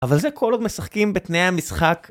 אבל זה כל עוד משחקים בתנאי המשחק.